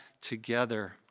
together